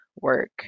work